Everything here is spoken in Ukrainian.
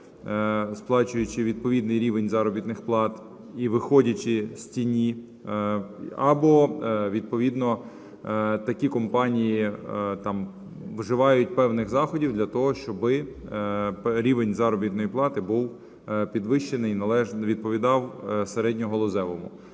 сплачуючи відповідний рівень заробітних плат і виходячи з тіні, або відповідно такі компанії вживають певних заходів для того, щоб рівень заробітної плати був підвищений, відповідав середньогалузевому.